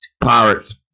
pirates